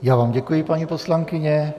Já vám děkuji, paní poslankyně.